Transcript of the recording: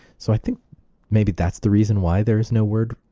so i think maybe that's the reason why there is no word,